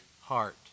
heart